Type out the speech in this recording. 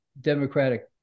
Democratic